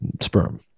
sperm